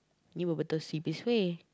you wouldn't see this way